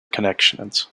connections